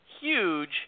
huge